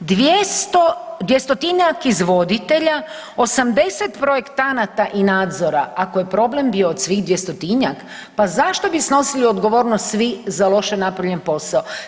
200-tinjak izvoditelja, 80 projektanata i nadzora, ako je problem bio od svih 200-tinjak, pa zašto bi snosili odgovornost svi za loše napravljen posao?